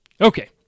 Okay